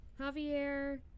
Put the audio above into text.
javier